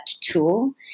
tool